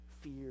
fear